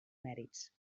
mèrits